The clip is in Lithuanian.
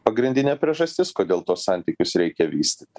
pagrindinė priežastis kodėl tuos santykius reikia vystyt